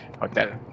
hotel